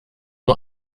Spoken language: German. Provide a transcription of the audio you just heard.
nur